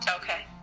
Okay